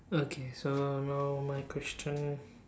okay so now my question